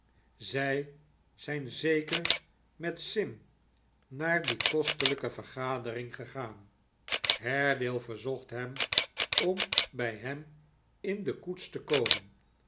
zij zijn zeker met sim naar die kostelijke vergadering gegaan haredale verzocht hem om bij hem in de koets te komen